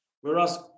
whereas